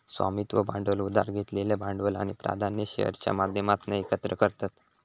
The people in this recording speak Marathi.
स्वामित्व भांडवल उधार घेतलेलं भांडवल आणि प्राधान्य शेअर्सच्या माध्यमातना एकत्र करतत